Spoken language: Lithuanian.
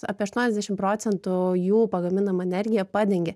apie aštuoniasdešimt procentų jų pagaminama energija padengia